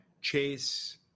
Chase